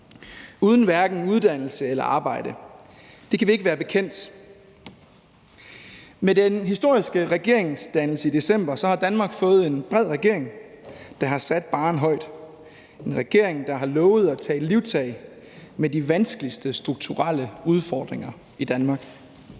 uden hverken uddannelse eller arbejde. Det kan vi ikke være bekendt. Med den historiske regeringsdannelse i december har Danmark fået en bred regering, der har sat barren højt. Det er en regering, der har lovet at tage livtag med de vanskeligste strukturelle udfordringer i Danmark.